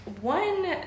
One